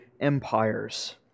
empires